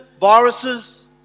viruses